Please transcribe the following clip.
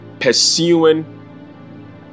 pursuing